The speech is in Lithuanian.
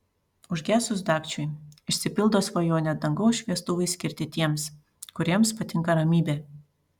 užgesus dagčiui išsipildo svajonė dangaus šviestuvai skirti tiems kuriems patinka ramybė